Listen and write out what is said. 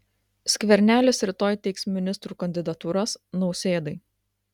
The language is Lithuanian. skvernelis rytoj teiks ministrų kandidatūras nausėdai